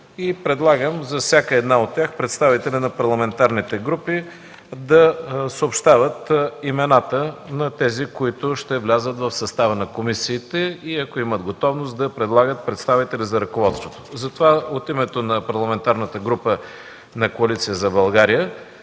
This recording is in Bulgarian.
Предлагам за всяка една от тях представители на парламентарните групи да съобщават имената на тези, които ще влязат в състава на комисиите и ако имат готовност да предлагат представители за ръководството. От името на Парламентарната група на „Коалиция за България“